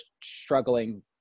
struggling